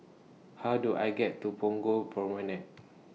How Do I get to Punggol Promenade